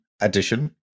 Addition